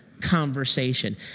conversation